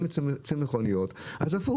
אם יש צי מכוניות, אז הפוך.